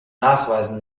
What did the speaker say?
nachweisen